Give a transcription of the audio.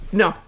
no